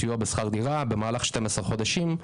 סיוע בשכר דירה במהלך 12 חודשים,